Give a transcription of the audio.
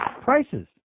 prices